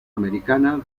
americana